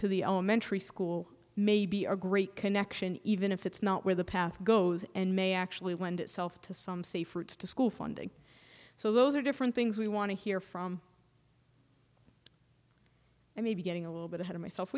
to the elementary school may be a great connection even if it's not where the path goes and may actually went itself to some safe routes to school funding so those are different things we want to hear from i may be getting a little bit ahead of myself